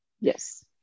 Yes